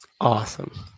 Awesome